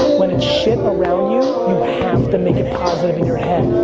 when it's shit around you you have to make it positive in your head.